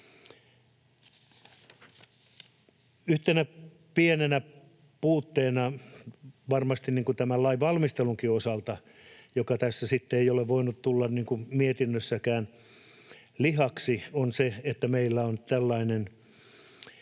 Yhtenä pienenä puutteena varmasti tämän lainvalmistelunkin osalta, joka tässä sitten ei ole voinut tulla mietinnössäkään lihaksi, on se, että meillä on tällainen